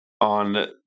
on